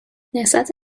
نهضت